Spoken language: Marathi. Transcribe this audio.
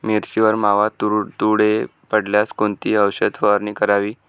मिरचीवर मावा, तुडतुडे पडल्यास कोणती औषध फवारणी करावी?